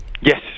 Yes